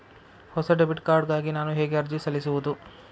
ಹೊಸ debit card ಗಾಗಿ ನಾನು ಹೇಗೆ ಅರ್ಜಿ ಸಲ್ಲಿಸುವುದು?